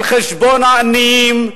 על חשבון העניים,